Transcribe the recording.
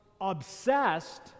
obsessed